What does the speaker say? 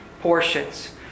portions